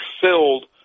filled